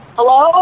Hello